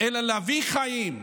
אלא להביא חיים,